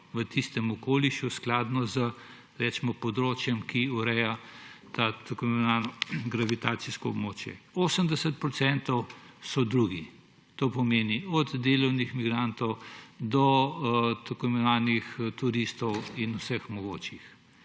v tistem okolišu, skladno s področjem, ki ureja to tako imenovano gravitacijsko območje. 80 % je drugih, to pomeni od delavnih migrantov do tako imenovanih turistov in vseh mogočih.